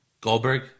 Goldberg